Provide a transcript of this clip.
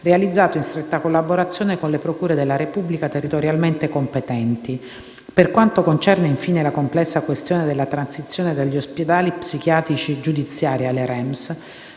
realizzato in stretta collaborazione con le procure della Repubblica territorialmente competenti. Per quanto concerne, infine, la complessa questione della transizione dagli ospedali psichiatrici giudiziari alle REMS,